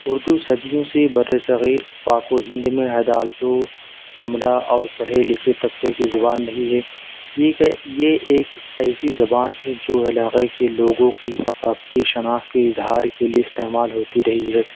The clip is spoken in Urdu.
اردو صدیوں سے بر صغیر پاک و ہند میں عدالتوں امرا اور پڑھے لکھے طبقے کی زبان رہی ہے یہ ایک یہ ایک ایسی زبان ہے جو علاقے کے لوگوں کی ثقافتی شناخت کے اظہار کے لئے استعمال ہوتی رہی ہے